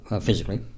physically